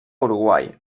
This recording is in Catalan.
uruguai